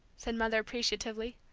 said mother, appreciatively.